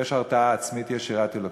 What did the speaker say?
יש הרתעה עצמית, יש יראת אלוקים.